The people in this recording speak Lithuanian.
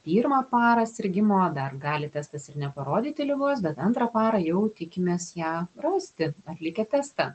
pirmą parą sirgimo dar gali testas ir neparodyti ligos bet antrą parą jau tikimės ją rasti atlikę testą